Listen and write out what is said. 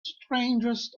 strangest